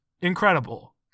incredible